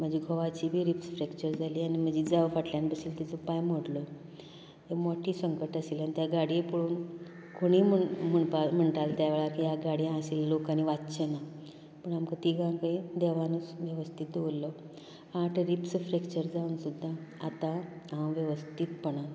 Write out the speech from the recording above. म्हाजी घोवांची बी रिब्स फ्रेक्चर जालीं आनी म्हजी जांव फाटल्यान बशिल्ली तिचो पांय मोडलो हे मोटे संकट आशिल्ले ते गाडयेक पळोवन कोणूय म्हण म्हणटालो त्या वेळार देवा ह्या गाडयेंत आशिल्ले लोक आनी वांचचे ना पूण आमकां तिगांकय देवान वेवस्थीत दवरलो आठ रिब्स फ्रेक्चर जावन सुद्दां आता हांव वेवस्थीतपणान